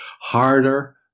harder